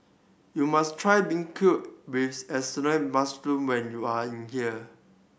you must try beancurd with assorted mushroom when you are here